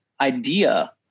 idea